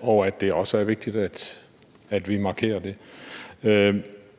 og at det også er vigtigt, at vi markerer det.